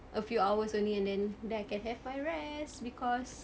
a few hours only and then then I can have my rest because